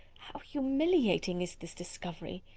how humiliating is this discovery!